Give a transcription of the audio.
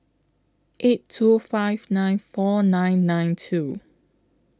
eight two five nine four nine nine two